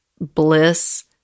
bliss